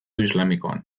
islamikoan